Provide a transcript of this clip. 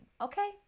Okay